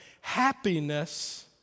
Happiness